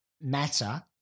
matter